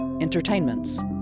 Entertainment's